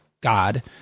God